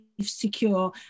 secure